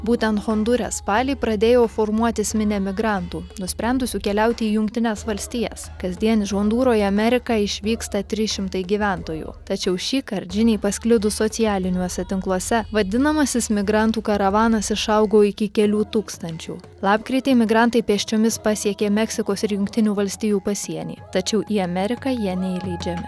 būtent hondūre spalį pradėjo formuotis minia migrantų nusprendusių keliauti į jungtines valstijas kasdien iš hondūro į ameriką išvyksta trys šimtai gyventojų tačiau šįkart žiniai pasklidus socialiniuose tinkluose vadinamasis migrantų karavanas išaugo iki kelių tūkstančių lapkritį migrantai pėsčiomis pasiekė meksikos ir jungtinių valstijų pasienį tačiau į ameriką jie neįleidžiami